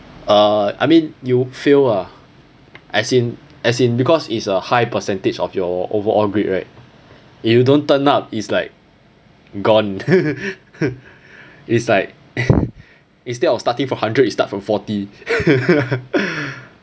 uh I mean you'll fail ah as in as in because it is a high percentage of your overall grade right if you don't turn up it's like gone it's like instead of starting from hundred you start from forty